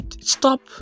stop